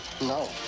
no